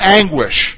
anguish